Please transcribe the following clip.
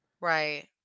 Right